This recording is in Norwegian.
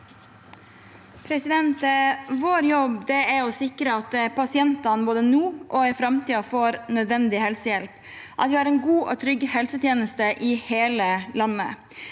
Vår jobb er å sikre at pasientene, både nå og i framtiden, får nødvendig helsehjelp, og at vi har en god og trygg helsetjeneste i hele landet.